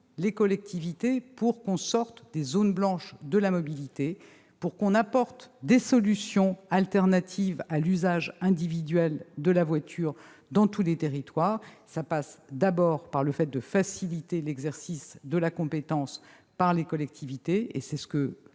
les collectivités pour sortir des zones blanches de la mobilité et pour apporter des solutions alternatives à l'usage individuel de la voiture dans tous les territoires. Cela passe d'abord par le fait de faciliter l'exercice de la compétence par les collectivités, comme le